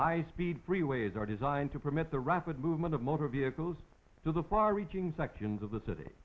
high speed freeways are designed to permit the rapid movement of motor vehicles to the far reaching sections of the city